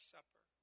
Supper